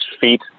feet